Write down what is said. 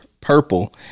Purple*